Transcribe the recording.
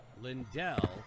Lindell